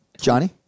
Johnny